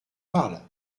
parle